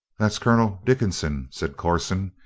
that's colonel dickinson, said corson.